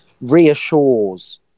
reassures